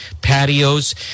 patios